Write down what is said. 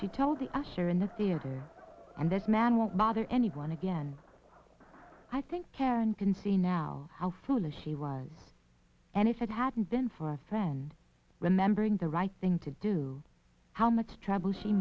she told the usher in the theater and this man won't bother anyone again i think karen can see now how foolish she was and if it hadn't been for a friend remembering the right thing to do how much trouble she